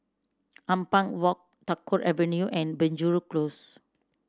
Ampang Walk Tagore Avenue and Penjuru Close